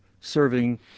serving